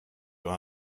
your